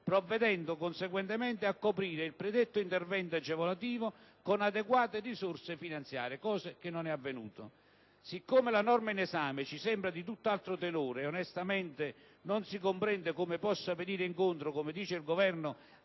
provvedendo conseguentemente a coprire il predetto intervento agevolativo con adeguate risorse finanziarie, cosa che non è avvenuta. Poiché la norma in esame ci sembra di tutt'altro tenore ed onestamente non si comprende come possa venire incontro - come sostiene il Governo